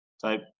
type